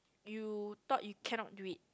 you thought you cannot do it